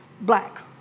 Black